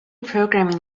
programming